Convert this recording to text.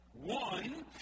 One